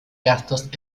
gastos